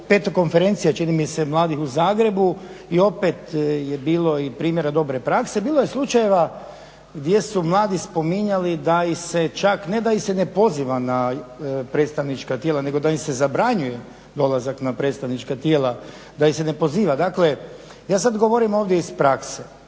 peta konferencija, čini mi se, mladih u Zagrebu i opet je bilo i primjera dobre prakse, bilo je slučajeva gdje su mladi spominjali da ih se čak, ne da ih se ne poziva na predstavnička tijela, nego da im se zabranjuje dolazak na predstavnička tijela, da ih se ne poziva. Dakle, ja sad govorim ovdje iz prakse,